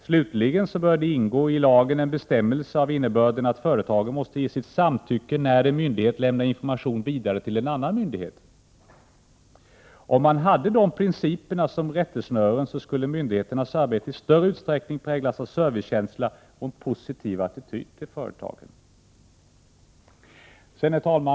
Slutligen bör det ingå i lagen en bestämmelse av innebörden att företagen måste ge sitt samtycke när en myndighet lämnar 87 information vidare till en annan myndighet. Om man hade dessa principer som rättesnören, skulle myndigheternas arbete i större utsträckning präglas av servicekänsla och en positiv attityd till företagen. Herr talman!